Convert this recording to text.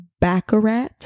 baccarat